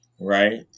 right